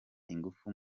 ingufu